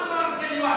מה אמר מגלי והבה?